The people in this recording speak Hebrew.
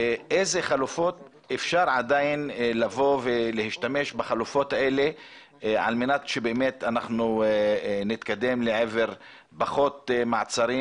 באיזה חלופות אפשר להשתמש על מנת שבאמת אנחנו נתקדם לעבר פחות מעצרים